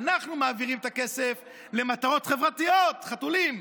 "אנחנו מעבירים את הכסף למטרות חברתיות" חתולים,